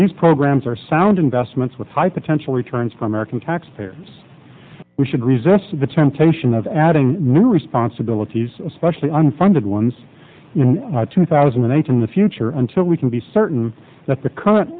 these programs are sound investments with high potential returns for american taxpayers we should resist the temptation of adding new responsibilities especially unfunded ones in two thousand and eight in the future until we can be certain that the current